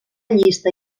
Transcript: llista